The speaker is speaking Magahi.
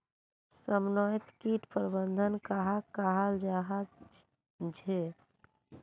समन्वित किट प्रबंधन कहाक कहाल जाहा झे?